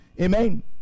Amen